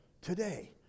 Today